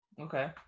Okay